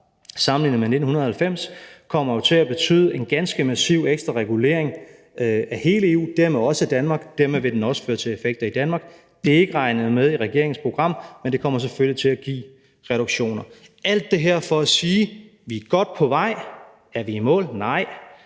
sammenlignet med 1990, kommer jo til at betyde en ganske massiv ekstra regulering af hele EU, og dermed også af Danmark, og dermed vil den også føre til effekter i Danmark. Det er ikke regnet med i regeringens program, men det kommer selvfølgelig til at give reduktioner. Alt det her er for at sige: Vi er godt på vej. Er vi i mål? Nej.